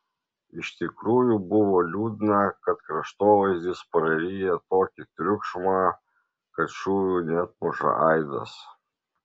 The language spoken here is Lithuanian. iš tikrųjų buvo liūdna kad kraštovaizdis praryja tokį triukšmą kad šūvių neatmuša aidas